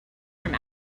from